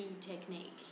technique